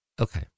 Okay